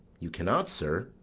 you cannot, sir,